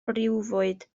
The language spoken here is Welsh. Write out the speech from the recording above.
briwfwyd